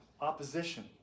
opposition